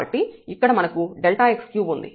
కాబట్టి ఇక్కడ మనకు Δx3 ఉంది